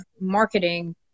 marketing